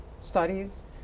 studies